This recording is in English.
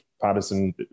Patterson